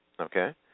Okay